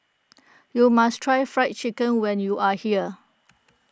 you must try Fried Chicken when you are here